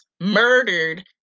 murdered